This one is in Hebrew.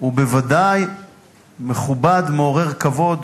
הוא בוודאי מכובד ומעורר כבוד.